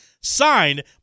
signed